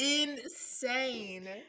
insane